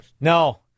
No